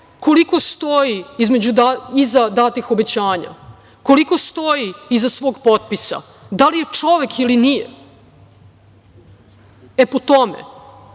koliko stoji iza datih obećanja, koliko stoji iza svog potpisa, da li je čovek ili nije, po